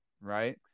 right